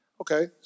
Okay